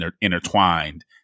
intertwined